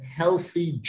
healthy